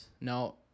No